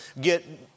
Get